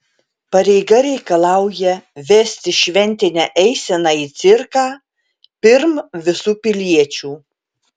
pareiga reikalauja vesti šventinę eiseną į cirką pirm visų piliečių